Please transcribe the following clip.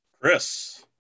Chris